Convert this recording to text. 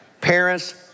Parents